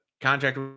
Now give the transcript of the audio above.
contract